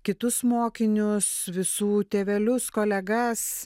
kitus mokinius visų tėvelius kolegas